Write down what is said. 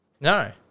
No